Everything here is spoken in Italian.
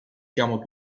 chiamo